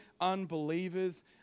unbelievers